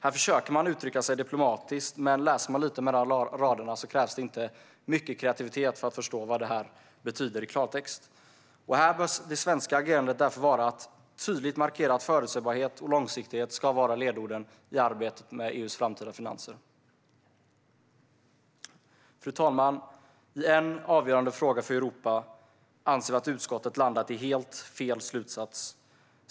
Här försöker man uttrycka sig diplomatiskt, men för den som läser mellan raderna krävs det inte mycket kreativitet för att förstå vad det betyder i klartext. Här bör det svenska agerandet därför vara att tydligt markera att förutsägbarhet och långsiktighet ska vara ledorden i arbetet med EU:s framtida finanser. Fru talman! I en avgörande fråga för Europa anser vi att utskottet landat i helt fel slutsats.